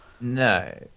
No